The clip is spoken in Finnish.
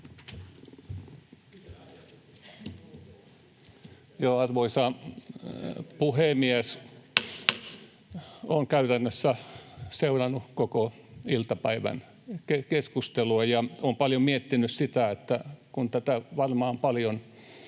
Arvoisa puhemies! Olen käytännössä seurannut koko iltapäivän keskustelua ja olen paljon miettinyt, että kun tätä varmaan paljon